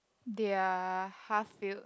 they are half filled